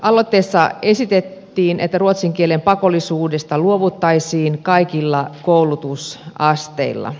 aloitteessa esitettiin että ruotsin kielen pakollisuudesta luovuttaisiin kaikilla koulutusasteilla